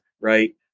right